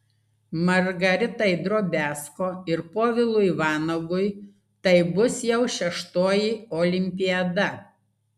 margaritai drobiazko ir povilui vanagui tai bus jau šeštoji olimpiada